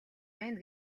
байна